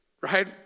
right